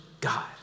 God